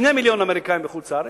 2 מיליוני אמריקנים בחו"ל,